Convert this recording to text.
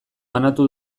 banatu